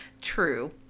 True